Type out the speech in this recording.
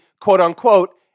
quote-unquote